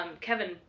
Kevin